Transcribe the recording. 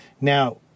now